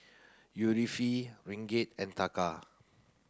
Ringgit and Taka